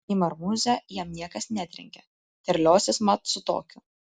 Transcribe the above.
į marmuzę jam niekas netrenkia terliosis mat su tokiu